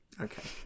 okay